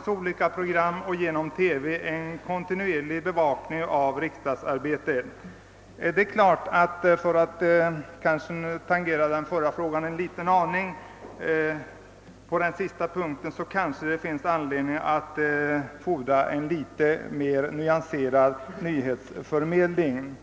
sina olika program i radio och TV en kontinuerlig bevakning av riksdagsarbetet. Med risk att tangera det förra ärendet en aning kan man kanske beträffande den sista punkten säga, att det finns anledning fordra en något mer nyanserad nyhetsförmedling.